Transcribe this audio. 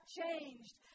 changed